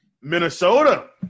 Minnesota